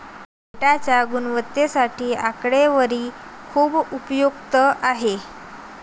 डेटाच्या गुणवत्तेसाठी आकडेवारी खूप उपयुक्त आहे